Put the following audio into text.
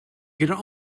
could